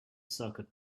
circuit